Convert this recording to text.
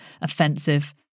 offensive